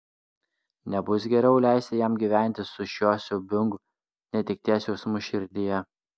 nebus geriau leisti jam gyventi su šiuo siaubingu netekties jausmu širdyje